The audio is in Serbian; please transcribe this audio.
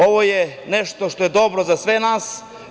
Ovo je nešto što je dobro za sve nas.